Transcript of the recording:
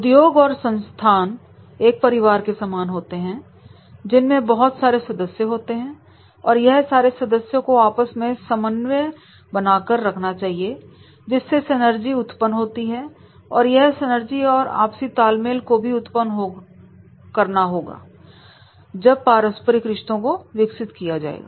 उद्योग और संस्थान एक परिवार के समान होते हैं जिनमें बहुत सारे सदस्य होते हैं और यह सारे सदस्यों को आपस में समन्वय बनाकर रखना चाहिए जिससे सैनर्जी उत्पन्न होती हैं और यह सैनर्जी और आपसी तालमेल को भी उत्पन्न होगा जब पारस्परिक रिश्तो को विकसित किया जाएगा